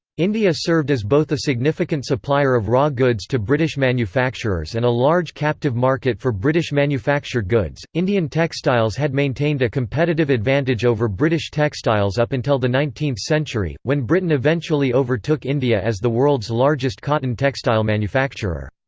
india served as both a significant supplier of raw goods to british manufacturers and a large captive market for british manufactured goods indian textiles had maintained a competitive advantage over british textiles up until the nineteenth century, when britain eventually eventually overtook india as the world's largest cotton textile manufacturer.